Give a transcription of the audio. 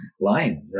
line